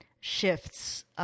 shifts